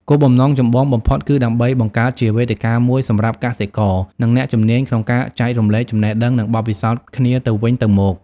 គោលបំណងចម្បងបំផុតគឺដើម្បីបង្កើតជាវេទិកាមួយសម្រាប់កសិករ និងអ្នកជំនាញក្នុងការចែករំលែកចំណេះដឹង និងបទពិសោធន៍គ្នាទៅវិញទៅមក។